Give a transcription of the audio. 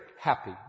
happy